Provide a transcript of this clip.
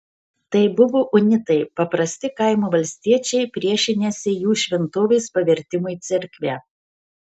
tai buvo unitai paprasti kaimo valstiečiai priešinęsi jų šventovės pavertimui cerkve